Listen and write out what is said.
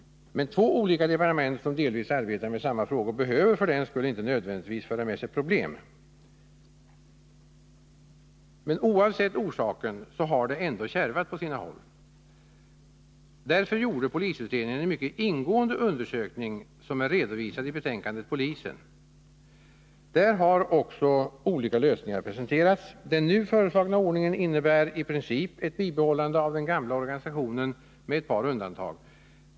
Två olika departement som delvis arbetar med samma frågor behöver inte nödvändigtvis föra med sig problem, men oavsett orsaken har det ändå kärvat på sina håll. Därför gjorde polisutredningen en mycket ingående undersökning, som är redovisad i betänkandet Polisen. Där har också olika lösningar presenterats. Den nu föreslagna ordningen innebär i princip ett bibehållande av den gamla organisationen med ett par undantag.